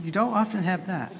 you don't often have that